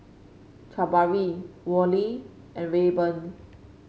Jabari Worley and Rayburn